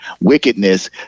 wickedness